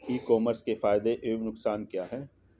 ई commerce के फायदे एवं नुकसान क्या हैं?